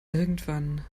irgendwann